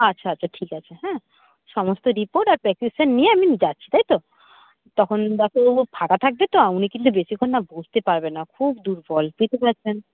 আচ্ছা আচ্ছা ঠিক আছে হ্যাঁ সমস্ত রিপোর্ট আর প্রেসক্রিপশান নিয়ে আমি যাচ্ছি তাই তো তখন ডাক্তারবাবু ফাঁকা থাকবে তো উনি কিন্তু বেশিক্ষণ না বসতে পারবে না খুব দুর্বল বুঝতে পারছেন